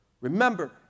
Remember